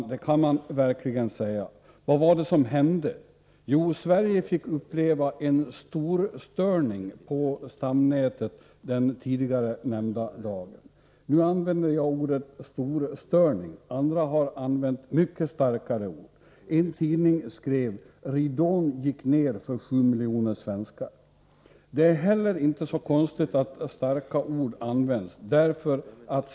Ja, det kan man verkligen säga. Vad var det som hände? Sverige fick uppleva en ”storstörning” på stamnätet den tidigare nämnda dagen. Nu använder jag ordet ”storstörning”, andra har använt mycket starkare ord. En tidning skrev ”ridån gick ner för 7 miljoner svenskar”. Det är inte heller så konstigt att starka ord används.